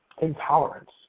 intolerance